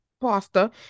pasta